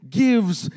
gives